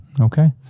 Okay